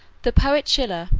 the poet schiller,